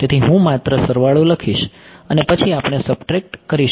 તેથી હું માત્ર સરવાળો લખીશ અને પછી આપણે સબટ્રેકટ કરીશું